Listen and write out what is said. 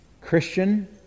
Christian